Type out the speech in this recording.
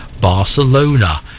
Barcelona